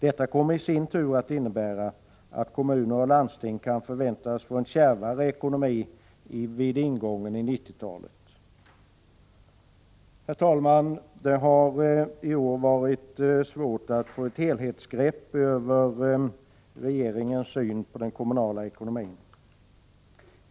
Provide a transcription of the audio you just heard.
Det kommer i sin tur att innebära att kommuner och landsting kan förväntas få en kärvare ekonomi vid ingången av 1990-talet. Herr talman! Det har i år varit svårt att få ett helhetsbegrepp över regeringens syn på den kommunala ekonomin.